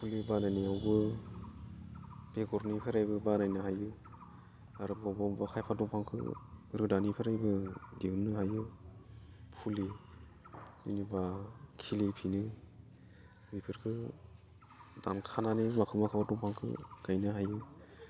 फुलि बानायनायावबो बेगरनिफ्रायबो बानायनो हायो आरो बबावबा बबावबा खायफा दंफांफोरखौ रोदानिफ्रायबो दिहुननो हायो फुलि एबा खिलिफिनो बेफोरखौ दानखानानै माखौ माखौ दंफांखो गायनो हायो